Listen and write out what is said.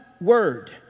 word